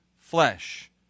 flesh